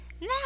Now